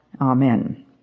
Amen